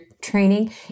training